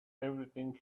everything